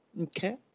Okay